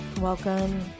welcome